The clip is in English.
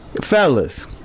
fellas